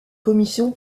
commission